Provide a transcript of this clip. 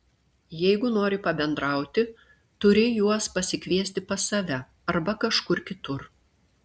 jeigu nori pabendrauti turi juos pasikviesti pas save arba kažkur kitur